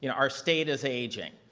you know our state is aging,